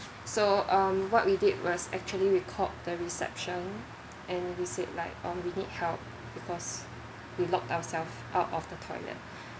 so um what we did was actually we called the reception and we said like um we need help because we lock ourselves out of the toilet